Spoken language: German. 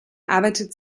arbeitet